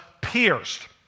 pierced